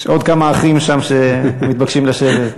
יש עוד כמה אחים שם שמתבקשים לשבת.